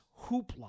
hoopla